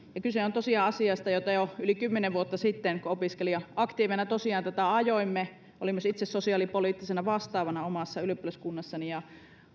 kyse on tosiaan asiasta jota jo yli kymmenen vuotta sitten opiskelija aktiiveina ajoimme olin myös itse sosiaalipoliittisena vastaavana omassa ylioppilaskunnassani ja